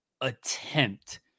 attempt